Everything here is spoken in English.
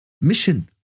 mission